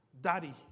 daddy